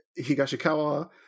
higashikawa